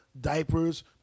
diapers